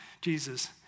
Jesus